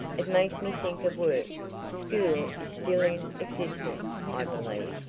it makes me think of work school is still in existence, i believe.